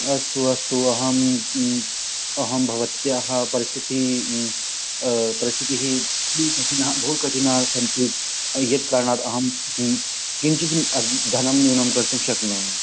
अस्तु अस्तु अहं अहं भवत्याः परिस्थितिः परिस्थितिः बहुकठिना बहुकठिनाः सन्ति यत् कारणात् अहं किञ्चित् धनं न्यूनं कर्तुं शक्नोमि